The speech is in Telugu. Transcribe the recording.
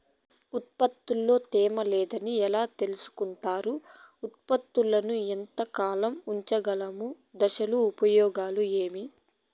ఉత్పత్తి లో తేమ లేదని ఎలా తెలుసుకొంటారు ఉత్పత్తులను ఎంత కాలము ఉంచగలము దశలు ఉపయోగం ఏమి?